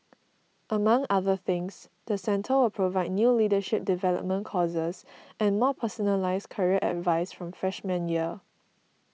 among other things the centre will provide new leadership development courses and more personalised career advice from freshman year